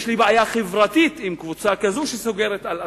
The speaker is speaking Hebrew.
יש לי בעיה חברתית עם קבוצה כזו שסוגרת על עצמה.